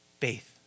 Faith